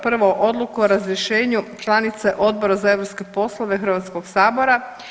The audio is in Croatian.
Prvo odluku o razrješenju članice Odbora za europske poslove Hrvatskog sabora.